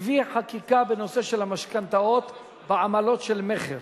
הביא חקיקה בנושא של המשכנתאות בעמלות של מכר,